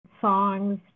songs